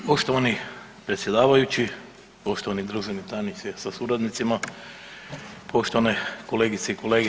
Poštovani predsjedavajući, poštovane državni tajniče sa suradnicima, poštovane kolegice i kolege.